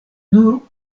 nur